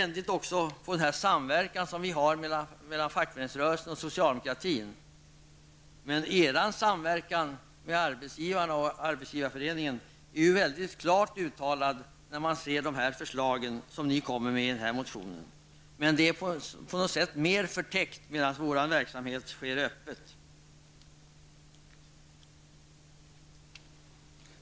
Ni hackar också ständigt på den samverkan vi har mellan fackföreningsrörelsen och socialdemokratin. Men er samverkan med arbetsgivarna och Arbetsgivareföreningen är mycket klart uttalad genom de förslag ni kommer med i er motion. Det är på något sätt mer förtäckt, medan vår verksamhet sker öppet.